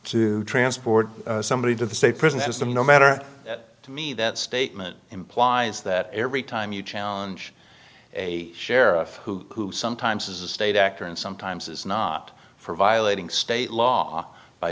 to transport somebody to the state prison system no matter to me that statement implies that every time you challenge a sheriff who sometimes is a state actor and sometimes is not for violating state law by